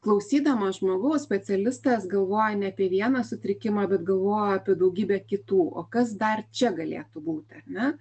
klausydamas žmogaus specialistas galvoja ne apie vieną sutrikimą bet galvoja apie daugybę kitų o kas dar čia galėtų būti ar ne